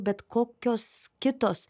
bet kokios kitos